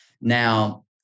Now